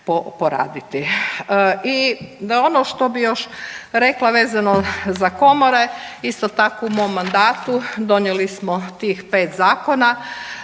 da ono što bih još rekla vezano za komore, isto tako u mom mandatu donijeli smo tih 5 zakona.